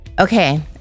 Okay